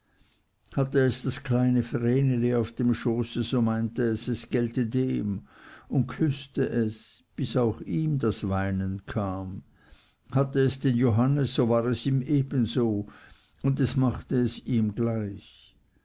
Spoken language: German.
hatte es das kleine vreneli auf dem schoße so meinte es es gelte dem und küßte es bis auch ihm das weinen kam hatte es den johannes so war es ihm ebenso und es machte es ihm gleich